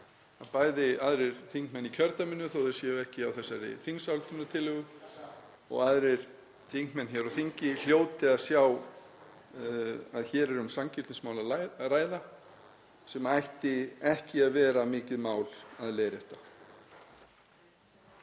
það að aðrir þingmenn í kjördæminu, þó að þeir séu ekki á þessari þingsályktunartillögu, og aðrir þingmenn hér á þingi hljóti að sjá að hér er um sanngirnismál að ræða sem ætti ekki að vera mikið mál að leiðrétta.